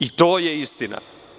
I to je istina.